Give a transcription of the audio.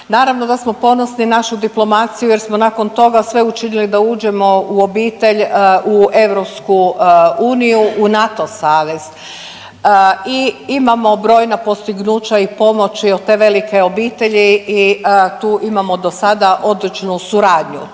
Naravno da smo ponosni na našu diplomaciju jer smo nakon toga sve učinili da uđemo u obitelj u EU, u NATO savez i imamo brojna postignuća i pomoći od te velike obitelji i tu imamo do sada odličnu suradnju.